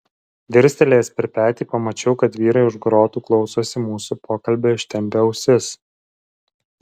dirstelėjęs per petį pamačiau kad vyrai už grotų klausosi mūsų pokalbio ištempę ausis